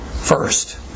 first